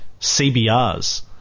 CBRs